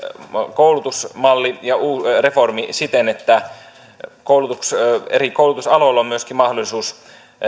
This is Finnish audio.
koulutusmalli ja reformi siten että eri koulutusaloilla on myöskin mahdollisuus